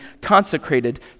consecrated